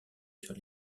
sur